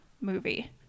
movie